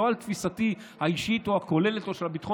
לא על תפיסתי האישית או הכוללת או של ביטחון